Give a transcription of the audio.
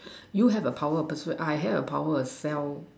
you have a power persuade I have a power as well